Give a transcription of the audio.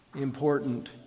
important